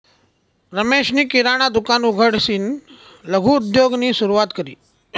रमेशनी किराणा दुकान उघडीसन लघु उद्योगनी सुरुवात करी